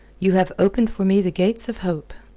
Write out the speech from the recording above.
you have opened for me the gates of hope.